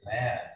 Man